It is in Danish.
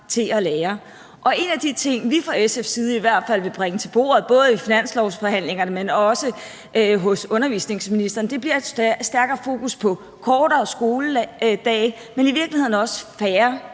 til at lære. En af de ting, vi fra SF's side i hvert fald vil bringe til bordet, både i finanslovsforhandlingerne, men også hos undervisningsministeren, bliver at have et stærkere fokus på kortere skoledage og i virkeligheden også færre